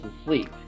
asleep